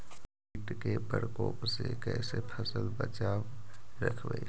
कीट के परकोप से कैसे फसल बचाब रखबय?